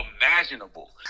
imaginable